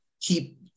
keep